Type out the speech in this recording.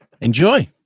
Enjoy